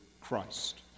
Christ